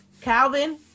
Calvin